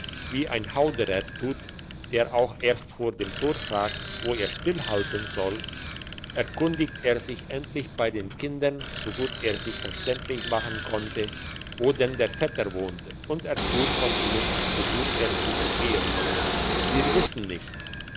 wie ein hauderer tut der auch erst vor dem tor fragt wo er stillhalten soll erkundigt er sich endlich bei den kindern so gut er sich verständlich machen konnte wo denn der vetter wohne und erfuhr von ihnen so gut er sie verstehen konnte wir wissen's nicht